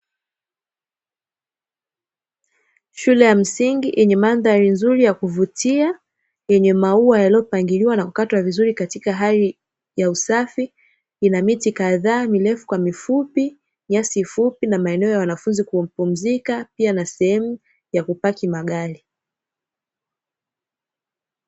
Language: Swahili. Shule ya msingi yenye mandhari nzuri ya kuvutia, yenye maua yaliyopangiliwa na kukatwa vizuri katika hali ya usafi, ina miti kadhaa mirefu kwa mifupi, nyasi fupi na maeneo ya wanafunzi kupumzika, pia na sehemu ya kupaki magari.